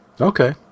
Okay